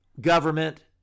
government